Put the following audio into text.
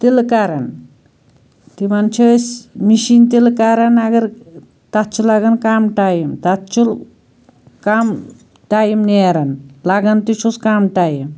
تِلہٕ کران تِمَن چھِ أسۍ مِشیٖن تِلہٕ کران مگر تَتھ چھُ لَگان کَم ٹایم تَتھ چھُ کَم ٹایم نیران لَگَان تہِ چھُ کَم ٹایم